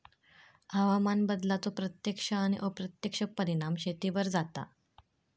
हवामान बदलाचो प्रत्यक्ष आणि अप्रत्यक्ष परिणाम शेतीवर जाता